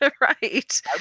right